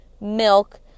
milk